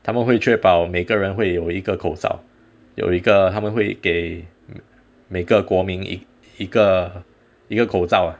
他们会确保每个人会有一个口罩有一个他们会给每个国民一个一个口罩啊